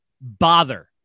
bother